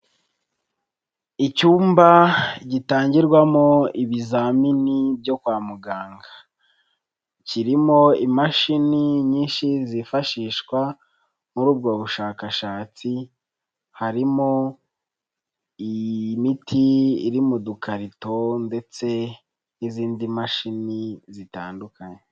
Icyumba gitangirwamo ibizamini byo kwa muganga, kirimo imashini nyinshi zifashishwa muri ubwo bushakashatsi, harimo imiti iri mu dukarito ndetse n'izindi mashini zitandukanye.